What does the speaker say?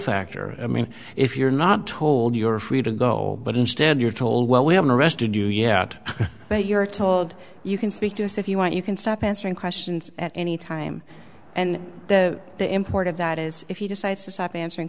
factor i mean if you're not told you're free to go but instead you're told well we haven't arrested you yet but you're told you can speak to us if you want you can stop answering questions at any time and the import of that is if you decide to stop answering